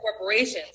corporations